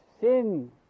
sin